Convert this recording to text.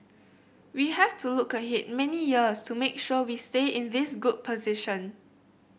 we have to look ahead many years to make sure we stay in this good position